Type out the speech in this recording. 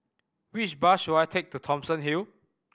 which bus should I take to Thomson Hill